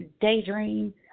daydream